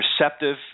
receptive